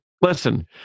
Listen